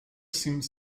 seems